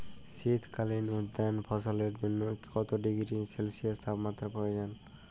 শীত কালীন উদ্যান ফসলের জন্য কত ডিগ্রী সেলসিয়াস তাপমাত্রা প্রয়োজন?